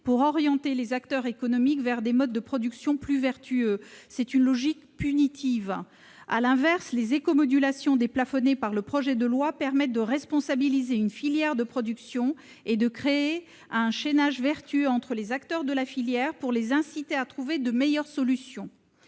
pour orienter les acteurs économiques vers des modes de production plus vertueux, car il s'agit là d'une logique punitive. À l'inverse, les éco-modulations déplafonnées par le projet de loi permettent de responsabiliser une filière de production et de créer un chaînage vertueux entre ses acteurs afin de les inciter à trouver de meilleures solutions.